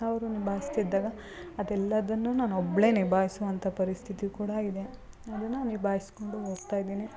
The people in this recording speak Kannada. ಅವರು ನಿಭಾಯಿಸದಿದ್ದಾಗ ಅದೆಲ್ಲವನ್ನೂ ನಾನು ಒಬ್ಬಳೇ ನಿಭಾಯಿಸುವಂಥ ಪರಿಸ್ಥಿತಿ ಕೂಡ ಇದೆ ಅದನ್ನು ನಿಭಾಯಿಸಿಕೊಂಡು ಹೋಗ್ತಾ ಇದ್ದೀನಿ